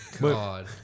God